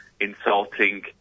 insulting